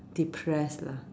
depressed lah